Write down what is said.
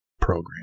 program